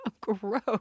Gross